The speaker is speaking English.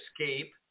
escape